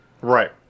right